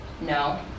no